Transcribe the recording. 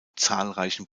zahlreichen